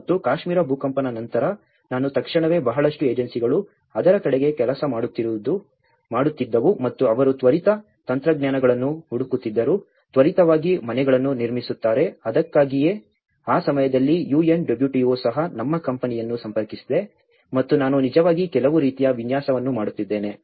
ಮತ್ತು ಕಾಶ್ಮೀರ ಭೂಕಂಪದ ನಂತರ ನಾನು ತಕ್ಷಣವೇ ಬಹಳಷ್ಟು ಏಜೆನ್ಸಿಗಳು ಅದರ ಕಡೆಗೆ ಕೆಲಸ ಮಾಡುತ್ತಿದ್ದವು ಮತ್ತು ಅವರು ತ್ವರಿತ ತಂತ್ರಜ್ಞಾನಗಳನ್ನು ಹುಡುಕುತ್ತಿದ್ದರು ತ್ವರಿತವಾಗಿ ಮನೆಗಳನ್ನು ನಿರ್ಮಿಸುತ್ತಾರೆ ಅದಕ್ಕಾಗಿಯೇ ಆ ಸಮಯದಲ್ಲಿ UNWTO ಸಹ ನಮ್ಮ ಕಂಪನಿಯನ್ನು ಸಂಪರ್ಕಿಸಿದೆ ಮತ್ತು ನಾನು ನಿಜವಾಗಿ ಕೆಲವು ರೀತಿಯ ವಿನ್ಯಾಸವನ್ನು ಮಾಡುತ್ತಿದ್ದೇನೆ